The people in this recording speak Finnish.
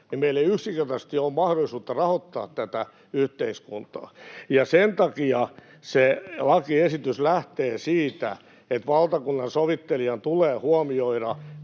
niin meillä ei yksinkertaisesti ole mahdollisuutta rahoittaa tätä yhteiskuntaa. Ja sen takia se lakiesitys lähtee siitä, että valtakunnansovittelijan tulee huomioida